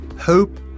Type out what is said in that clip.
hope